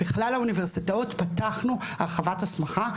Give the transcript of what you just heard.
בכלל האוניברסיטאות פתחנו הרחבת הסמכה.